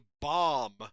bomb